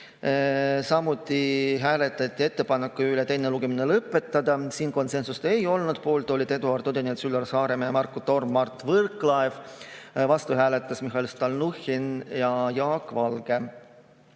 Samuti hääletati ettepaneku üle teine lugemine lõpetada, siin konsensust ei olnud. Poolt olid Eduard Odinets, Üllar Saaremäe, Marko Torm ja Mart Võrklaev, vastu hääletasid Mihhail Stalnuhhin ja Jaak Valge.